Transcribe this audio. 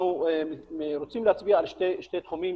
אנחנו רוצים להצביע על שני תחומים,